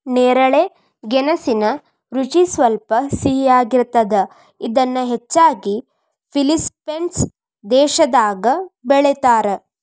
ನೇರಳೆ ಗೆಣಸಿನ ರುಚಿ ಸ್ವಲ್ಪ ಸಿಹಿಯಾಗಿರ್ತದ, ಇದನ್ನ ಹೆಚ್ಚಾಗಿ ಫಿಲಿಪೇನ್ಸ್ ದೇಶದಾಗ ಬೆಳೇತಾರ